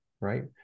right